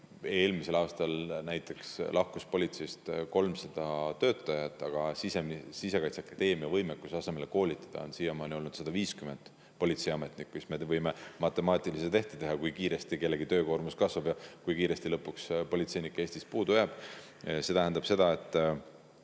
eelmisel aastal näiteks lahkus politseist 300 töötajat ja Sisekaitseakadeemia võimekus asemele koolitada on siiamaani olnud 150 politseiametnikku, siis me võime matemaatilise tehte teha, kui kiiresti kellegi töökoormus kasvab ja kui kiiresti lõpuks politseinikke Eestis puudu jääb.Me selle